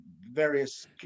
various